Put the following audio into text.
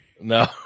No